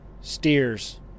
Steers